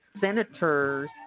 senators